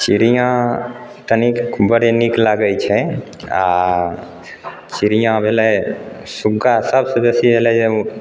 चिड़ियाँ तनीक बड़े नीक लागैत छै आ चिड़ियाँ भेलै सुग्गा सबसे बेसी भेलै जे